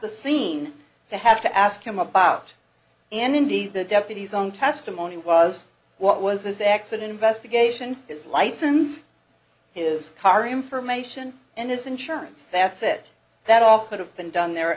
the scene to have to ask him about and indeed the deputy's own testimony was what was his accident investigation his license his car information and his insurance that said that all could have been done there